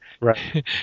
Right